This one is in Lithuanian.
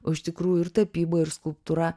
o iš tikrųjų ir tapyba ir skulptūra